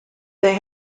they